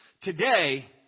Today